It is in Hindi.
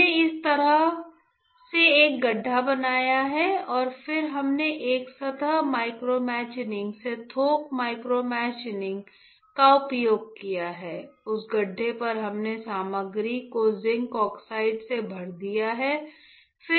हमने इस तरह से एक गड्ढा बनाया है और फिर हमने एक सतह माइक्रोमशीनिंग से थोक माइक्रोमशीनिंग का उपयोग किया है उस गड्ढे पर हमने सामग्री को जिंक ऑक्साइड से भर दिया है